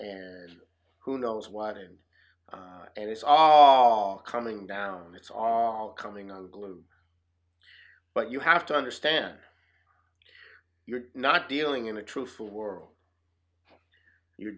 and who knows what and and it's all coming down it's all coming on the globe but you have to understand you're not dealing in a truthful world you're